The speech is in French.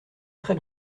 très